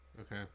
Okay